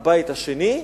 הבית השני,